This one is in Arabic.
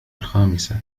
الخامسة